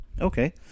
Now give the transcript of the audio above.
okay